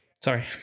Sorry